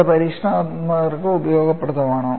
ഇത് പരീക്ഷണാത്മകർക്ക് ഉപയോഗപ്രദമാണോ